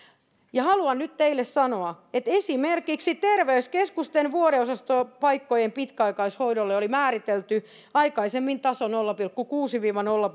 haluan nyt teille sanoa että esimerkiksi terveyskeskusten vuodeosastopaikkojen pitkäaikaishoidolle oli määritelty aikaisemmin taso nolla pilkku kuusi viiva nolla